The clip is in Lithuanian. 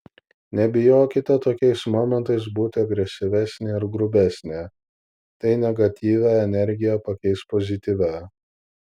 nebijokite tokiais momentais būti agresyvesnė ir grubesnė tai negatyvią energiją pakeis pozityvia